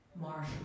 marsh